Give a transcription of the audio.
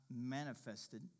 manifested